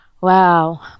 Wow